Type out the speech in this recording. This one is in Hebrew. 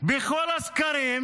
בכל הסקרים